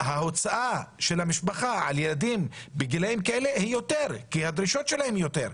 ההוצאה למשפחה על ילדים בגילאים האלו היא יותר כי הדרישות שלהם הן יותר.